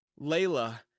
Layla